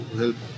help